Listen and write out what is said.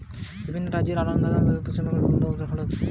বিভিন্ন রাজ্যে আলদা আলদা সবজি ফসল হয় যেমন কেরালাই পিঁয়াজ, পশ্চিমবঙ্গে আলু